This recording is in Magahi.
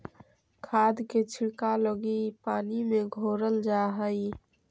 खाद के छिड़काव लगी इ पानी में घोरल जा हई